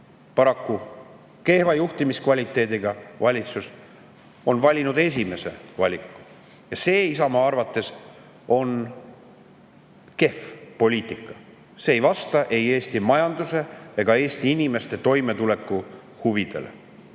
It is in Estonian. paraku kehva juhtimiskvaliteediga valitsus, on valinud esimese valiku ja see Isamaa arvates on kehv poliitika. See ei vasta ei Eesti majanduse ega Eesti inimeste toimetuleku huvidele.